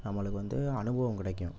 நம்மளுக்கு வந்து அனுபவம் கிடைக்கும்